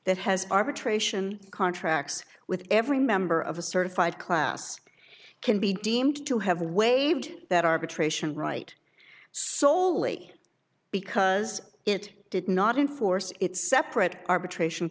that has arbitration contracts with every member of a certified class can be deemed to have waived that arbitration right sol eight because it did not in force its separate arbitration